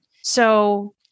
So-